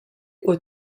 aux